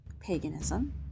paganism